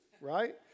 right